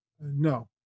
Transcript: no